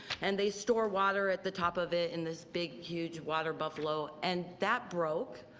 and they store water at the top of it in this big huge water buffalo. and that broke.